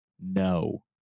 no